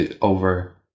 over